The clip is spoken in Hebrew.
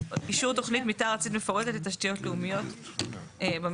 מיתאר ארצית מפורטת לתשתיות לאומיות בממשלה.